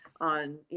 on